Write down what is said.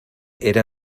era